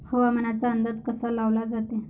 हवामानाचा अंदाज कसा लावला जाते?